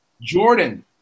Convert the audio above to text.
Jordan